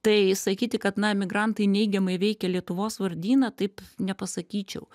tai sakyti kad na emigrantai neigiamai veikia lietuvos vardyną taip nepasakyčiau